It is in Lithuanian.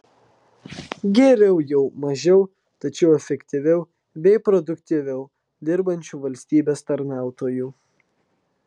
geriau jau mažiau tačiau efektyviau bei produktyviau dirbančių valstybės tarnautojų